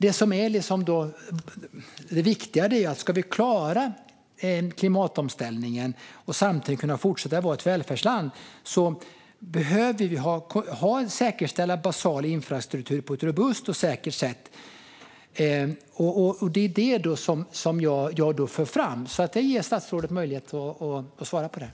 Det viktiga är att om vi ska klara klimatomställningen och Sverige samtidigt ska kunna fortsätta att vara ett välfärdsland behöver vi säkerställa en basal infrastruktur på ett robust och säkert sätt. Det är det som jag för fram. Jag ger statsrådet möjlighet att svara på detta.